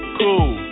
cool